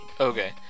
Okay